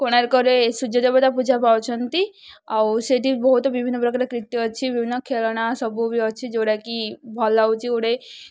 କୋଣାର୍କରେ ସୂର୍ଯ୍ୟ ଦେବତା ପୂଜା ପାଉଛନ୍ତି ଆଉ ସେଇଠି ବହୁତ ବିଭିନ୍ନ ପ୍ରକାର କୀର୍ତ୍ତି ଅଛି ବିଭିନ୍ନ ଖେଳଣା ସବୁ ବି ଅଛି ଯେଉଁଟାକି ଭଲ ହେଉଛି ଗୋଟେ